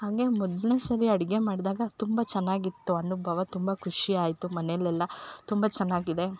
ಹಂಗೆ ಮೊದಲನೇ ಸಲ ಅಡಿಗೆ ಮಾಡಿದಾಗ ತುಂಬ ಚೆನ್ನಾಗಿತ್ತು ಅನುಭವ ತುಂಬ ಖುಷಿ ಆಯಿತು ಮನೇಲೆಲ್ಲ ತುಂಬ ಚೆನ್ನಾಗಿದೆ